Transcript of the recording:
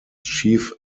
chief